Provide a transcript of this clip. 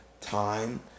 time